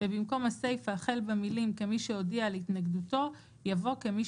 ובמקום הסיפה החל במילים "כמי שהודיע על התנגדותו" יבוא "כמי